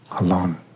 alone